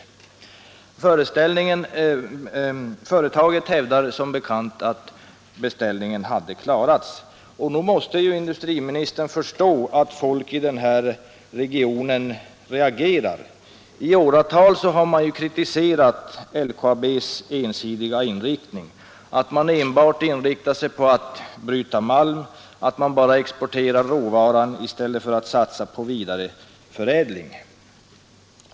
Företaget hävdar som bekant att beställningen hade kunnat klaras. Därför måste industriministern förstå att folk i denna region reagerar. I åratal har man ju kritiserat LKAB:s ensidiga inriktning, dvs. att det enbart inriktar sig på att bryta malm och att exportera råvaran i stället för att satsa på vidareförädling.